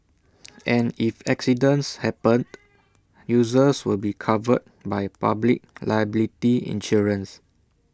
and if accidents happened users will be covered by public liability insurance